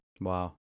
Wow